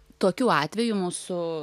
tokių atvejų mūsų